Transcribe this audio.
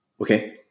Okay